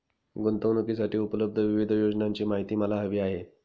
गुंतवणूकीसाठी उपलब्ध विविध योजनांची माहिती मला हवी आहे